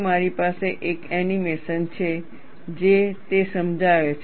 મારી પાસે એક એનિમેશન છે જે તે સમજાવે છે